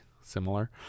similar